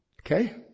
Okay